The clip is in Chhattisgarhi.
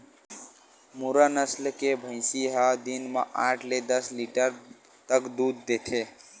मुर्रा नसल के भइसी ह दिन म आठ ले दस लीटर तक दूद देथे